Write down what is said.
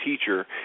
teacher